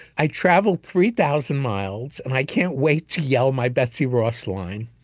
i traveled three thousand miles and i can't wait to yell my betsy ross line.